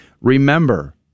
Remember